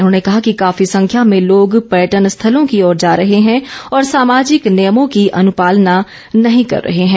उन्होंने कहा कि काफी संख्या में लोग पर्यटन स्थलों की ओर जा रहे हैं और सामाजिक नियमों की अनुपालना नहीं कर रहे हैं